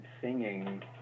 singing